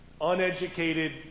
uneducated